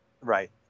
Right